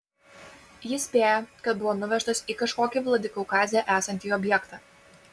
jis spėja kad buvo nuvežtas į kažkokį vladikaukaze esantį objektą